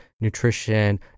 nutrition